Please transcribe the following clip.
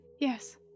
Yes